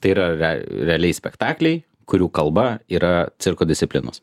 tai yra rea realiai spektakliai kurių kalba yra cirko disciplinos